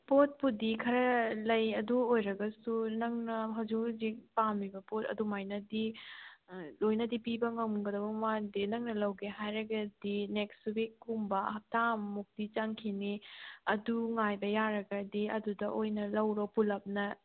ꯄꯣꯠꯄꯨꯗꯤ ꯈꯔ ꯂꯩ ꯑꯗꯨ ꯑꯣꯏꯔꯒꯁꯨ ꯅꯪꯅ ꯍꯧꯖꯤꯛ ꯍꯧꯖꯤꯛ ꯄꯥꯝꯃꯤꯕ ꯄꯣꯠ ꯑꯗꯨꯃꯥꯏꯅꯗꯤ ꯂꯣꯏꯅꯗꯤ ꯄꯤꯕ ꯉꯝꯒꯗꯧꯕ ꯃꯥꯟꯗꯦ ꯅꯪꯅ ꯂꯧꯒꯦ ꯍꯥꯏꯔꯒꯗꯤ ꯅꯦꯛꯁ ꯋꯤꯛ ꯀꯨꯝꯕ ꯍꯞꯇꯥ ꯃꯨꯛꯇꯤ ꯆꯪꯈꯤꯅꯤ ꯑꯗꯨ ꯉꯥꯏꯕ ꯌꯥꯔꯒꯗꯤ ꯑꯗꯨꯗ ꯑꯣꯏꯅ ꯂꯧꯔꯣ ꯄꯨꯂꯞꯅ